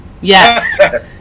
yes